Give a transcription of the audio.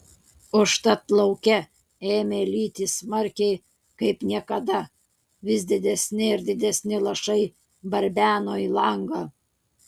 užtat lauke ėmė lyti smarkiai kaip niekada vis didesni ir didesni lašai barbeno į langą